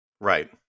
right